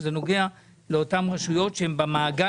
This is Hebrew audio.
שזה נוגע לאותן רשויות שהן במעגל